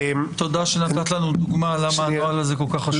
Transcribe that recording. תודה שנתת לנו דוגמה למה הנוהל הזה כל כך חשוב.